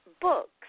books